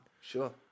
Sure